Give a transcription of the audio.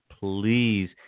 please